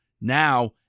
now